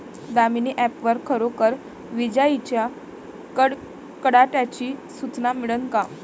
Damini app वर खरोखर विजाइच्या कडकडाटाची सूचना मिळन का?